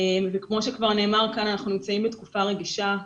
כמו שכבר נאמר כאן, אנחנו נמצאים בתקופה רגישה,